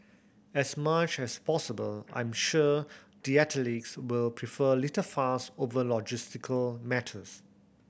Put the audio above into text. as much as possible I'm sure the athletes will prefer little fuss over logistical matters